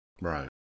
Right